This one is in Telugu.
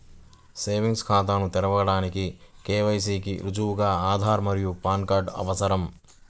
సేవింగ్స్ ఖాతాను తెరవడానికి కే.వై.సి కి రుజువుగా ఆధార్ మరియు పాన్ కార్డ్ అవసరం